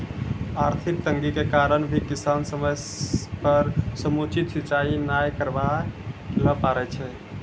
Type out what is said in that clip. आर्थिक तंगी के कारण भी किसान समय पर समुचित सिंचाई नाय करवाय ल पारै छै